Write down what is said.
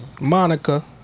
Monica